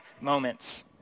moments